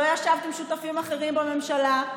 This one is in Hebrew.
לא ישבת עם שותפים אחרים בממשלה.